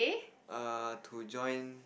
err to join